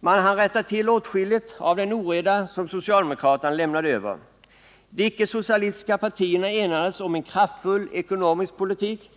Man hann rätta till åtskilligt av den oreda som socialdemokraterna lämnade över. De icke socialistiska partierna enades om en kraftfull ekonomisk politik.